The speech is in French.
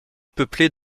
peuplées